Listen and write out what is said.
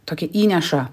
tokį įneša